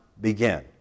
begin